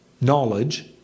knowledge